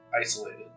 isolated